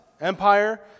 empire